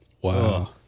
Wow